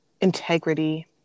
integrity